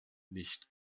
nicht